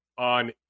on